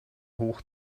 hoch